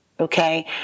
Okay